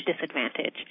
disadvantage